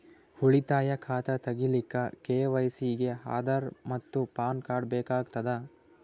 ಉಳಿತಾಯ ಖಾತಾ ತಗಿಲಿಕ್ಕ ಕೆ.ವೈ.ಸಿ ಗೆ ಆಧಾರ್ ಮತ್ತು ಪ್ಯಾನ್ ಕಾರ್ಡ್ ಬೇಕಾಗತದ